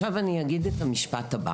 אגיד את המשפט הבא